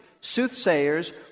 Soothsayers